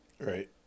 right